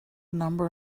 number